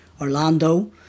Orlando